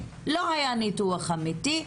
לא היה ניתוח אמיתי,